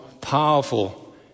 powerful